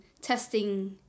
testing